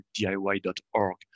diy.org